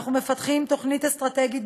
אנחנו מפתחים תוכנית אסטרטגית,